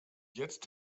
jetzt